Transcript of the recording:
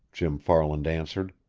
jim farland answered.